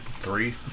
three